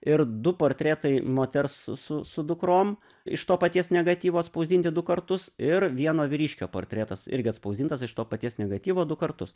ir du portretai moters su su dukrom iš to paties negatyvo atspausdinti du kartus ir vieno vyriškio portretas irgi atspausdintas iš to paties negatyvo du kartus